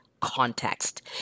context